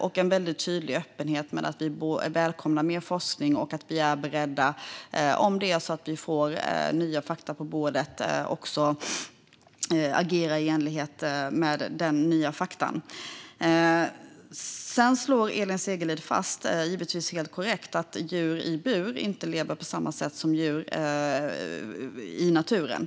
Vi har också en tydlig öppenhet med att vi välkomnar mer forskning och är beredda att, om vi får nya fakta på bordet, agera i enlighet därmed. Elin Segerlind slår, givetvis helt korrekt, fast att djur i bur inte lever på samma sätt som djur i naturen.